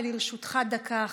לרשותך דקה אחת.